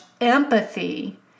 empathy